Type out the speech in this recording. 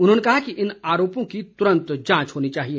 उन्होंने कहा कि इन आरोपों की तुरंत जांच होनी चाहिए